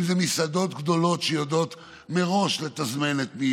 אם אלו מסעדות גדולות שיודעות מראש לתזמן את מי